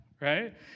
right